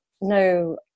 no